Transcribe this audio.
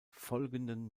folgenden